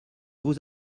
vous